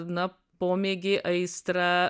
na pomėgį aistrą